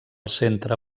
centre